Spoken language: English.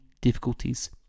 difficulties